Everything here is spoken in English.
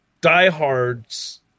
diehards